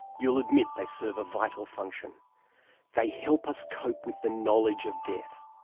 you'll admit they serve a vital function they help us cope with the knowledge of death.